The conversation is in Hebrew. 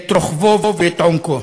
את רוחבו ואת עומקו.